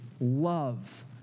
love